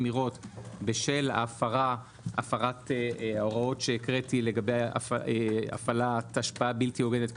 מחמירות בשל הפרת ההוראות שהקראתי לגבי הפעלת השפעה בלתי הוגנת,